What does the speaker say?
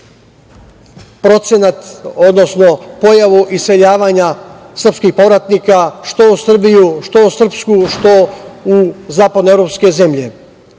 procenat, odnosno pojavu iseljavanja srpskih povratnika što u Srbiju, što u srpsku, što u zapadnoevropske zemlje.